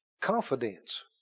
Confidence